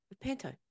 Panto